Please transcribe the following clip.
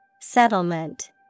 Settlement